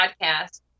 podcast